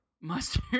Mustard